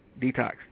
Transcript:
detox